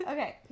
Okay